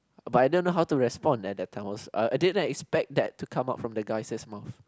but I don't know how to respond at the time also I didn't expect that to come out from the guy's mouth